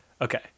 Okay